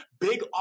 big